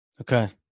Okay